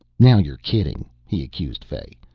now you're kidding, he accused fay.